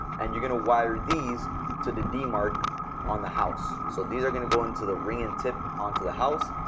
and you're going to wire these to the demark on the house. so these are going to go into the ring and tip onto the house,